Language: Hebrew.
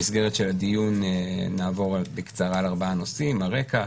המסגרת של הדיון נעבור בקצרה על ארבעה נושאים: הרקע,